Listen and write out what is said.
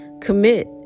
Commit